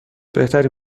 بهتری